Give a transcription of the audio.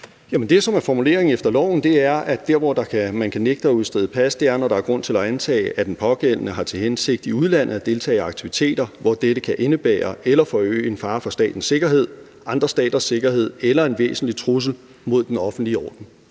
sket, for at man kan få inddraget sit pas eller blive nægtet at få udstedt et pas, er, at »der er grund til at antage, at den pågældende har til hensigt i udlandet at deltage i aktiviteter, hvor dette kan indebære eller forøge en fare for statens sikkerhed, andre staters sikkerhed eller en væsentlig trussel mod den offentlige orden«.